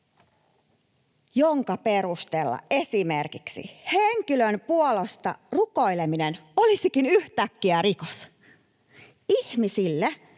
jonka perusteella esimerkiksi henkilön puolesta rukoileminen olisikin yhtäkkiä rikos. Ihmisille,